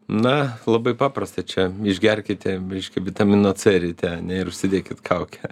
na labai paprasta čia išgerkite reiškia vitamino c ryte ne ir užsidėkit kaukę